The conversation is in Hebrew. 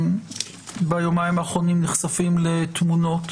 ביומיים האחרונים אנחנו נחשפים לתמונות